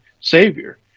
savior